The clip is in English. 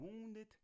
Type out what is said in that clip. wounded